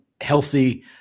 healthy –